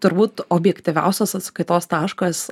turbūt objektyviausias atskaitos taškas